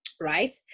right